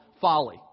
Folly